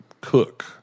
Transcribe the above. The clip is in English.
cook